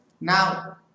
Now